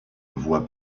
voie